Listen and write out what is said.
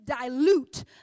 dilute